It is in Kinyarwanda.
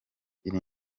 iri